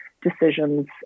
decisions